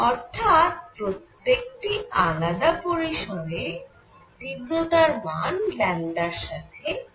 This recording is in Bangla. অর্থাৎ প্রত্যেকটি আলাদা পরিসরে তীব্রতার মান র সাথে পালটে যায়